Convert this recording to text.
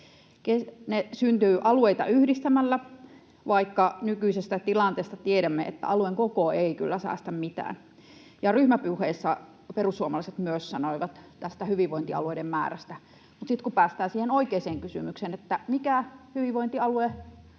Ne syntyvät alueita yhdistämällä, vaikka nykyisestä tilanteesta tiedämme, että alueen koko ei kyllä säästä mitään. Ryhmäpuheessa perussuomalaiset sanoivat tästä hyvinvointialueiden määrästä, mutta sitten, kun päästään siihen oikeaan kysymykseen, mikä hyvinvointialue